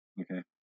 Okay